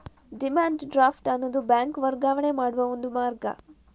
demand draft ಅನ್ನುದು bank ವರ್ಗಾವಣೆ ಮಾಡುವ ಒಂದು ಮಾರ್ಗ